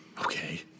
Okay